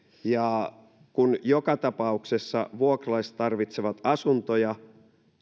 ja kun joka tapauksessa vuokralaiset tarvitsevat asuntoja